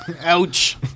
Ouch